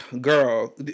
girl